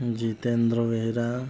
Jitendra Behera